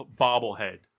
bobblehead